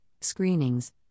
screenings